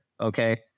Okay